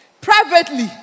privately